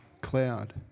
cloud